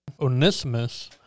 Onismus